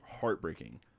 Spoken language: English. heartbreaking